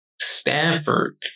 Stanford